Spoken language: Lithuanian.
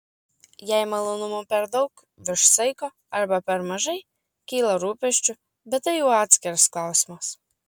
jei malonumų per daug virš saiko arba per mažai kyla rūpesčių bet tai jau atskiras klausimas